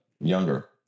younger